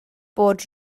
bod